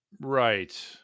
Right